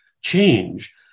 change